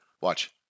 Watch